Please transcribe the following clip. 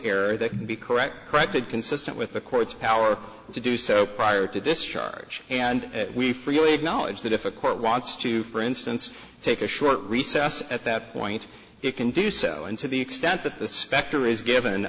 error that can be correct corrected consistent with the court's power to do so prior to discharge and we freely acknowledge that if a court wants to for instance take a short recess at that point you can do so and to the extent that the specter is given